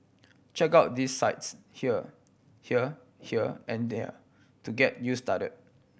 check out these sites here here here and there to get you started